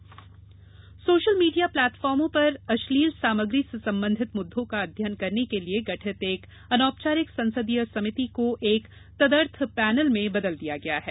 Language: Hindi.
पैनल सोशल मीडिया प्लेटफार्मों पर अश्लील सामग्री से संबंधित मुद्दों का अध्ययन करने के लिए गठित एक अनौपचारिक संसदीय समिति को एक तदर्थ पैनल में बदल दिया गया है